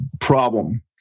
problem